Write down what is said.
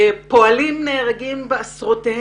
פועלים נהרגים בעשרות,